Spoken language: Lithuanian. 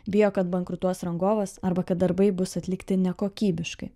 bijo kad bankrutuos rangovas arba kad darbai bus atlikti nekokybiškai